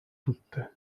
tutte